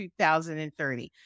2030